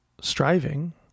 striving